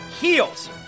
heels